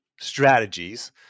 strategies